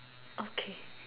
okay